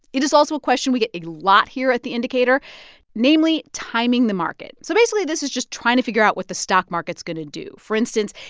it is also a question we get a lot here at the indicator namely, timing the market so basically this is just trying to figure out what the stock market's going to do. for instance,